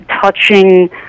touching